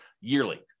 yearly